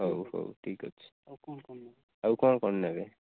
ହଉ ହଉ ଠିକ୍ ଅଛି ଆଉ କ'ଣ କ'ଣ ନେବେ